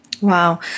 Wow